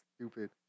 stupid